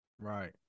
Right